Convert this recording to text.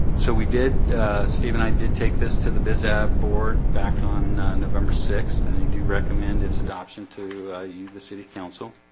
so we did steve and i did take this to the biz ab board back on november sixth and they do recommend its adoption to you the city council